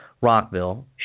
Rockville